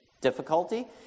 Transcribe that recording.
difficulty